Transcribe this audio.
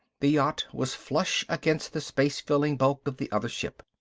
the yacht was flush against the space-filling bulk of the other ship.